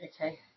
okay